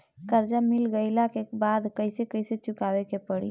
कर्जा मिल गईला के बाद कैसे कैसे चुकावे के पड़ी?